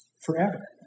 Forever